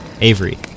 Avery